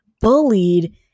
bullied